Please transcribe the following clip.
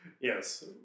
Yes